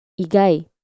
igai